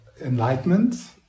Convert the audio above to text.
enlightenment